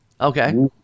Okay